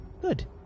Good